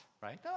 right